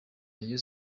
rayon